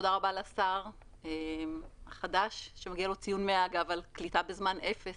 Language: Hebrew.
תודה רבה לשר החדש שמגיע לו ציון 100 על קליטה החומר בזמן אפס.